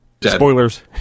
Spoilers